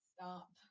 stop